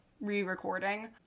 re-recording